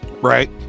Right